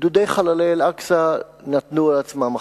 "גדודי חללי אל-אקצא" נטלו על עצמם אחריות.